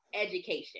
education